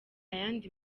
yandi